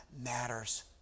matters